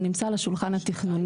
זה נמצא על השולחן התכנוני